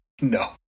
No